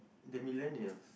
the millennials